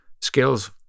skills